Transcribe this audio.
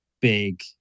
big